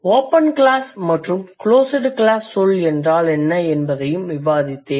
open class மற்றும் closed class சொல் என்றால் என்ன என்பதையும் விவாதித்தேன்